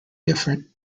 different